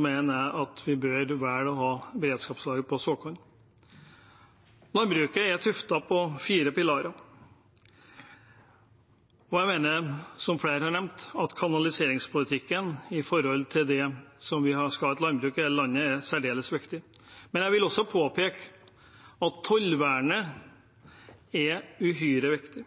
mener jeg at vi bør velge å ha beredskapslager på såkorn. Landbruket er tuftet på fire pilarer, og jeg mener, som flere har nevnt, at kanaliseringspolitikken med tanke på om vi skal ha et landbruk i hele landet, er særdeles viktig. Jeg vil også påpeke at tollvernet er uhyre viktig,